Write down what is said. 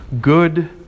good